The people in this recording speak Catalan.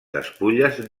despulles